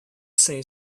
say